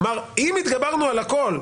הוא אמר: אם התגברנו על הכול,